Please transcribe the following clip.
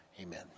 Amen